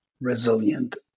resilient